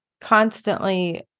constantly